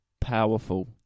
Powerful